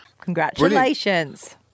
Congratulations